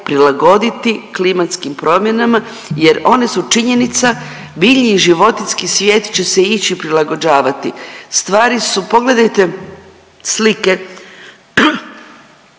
prilagoditi klimatskim promjenama jer one su činjenica. Biljni i životinjski svijet će se ići prilagođavati. Stvari su pogledajte slike